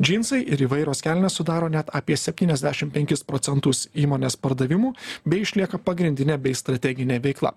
džinsai ir įvairios kelnės sudaro net apie septyniasdešim penkis procentus įmonės pardavimų bei išlieka pagrindinė bei strateginė veikla